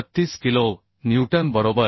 36 kilo newton बरोबर